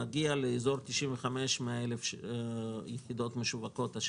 נגיע ל-95,000 100,000 יחידות משווקות השנה.